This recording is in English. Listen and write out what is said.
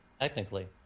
Technically